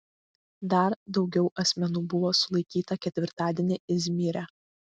dar daugiau asmenų buvo sulaikyta ketvirtadienį izmyre